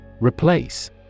Replace